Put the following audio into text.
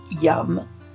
yum